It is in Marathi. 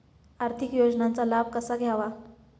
आर्थिक योजनांचा लाभ कसा घ्यावा?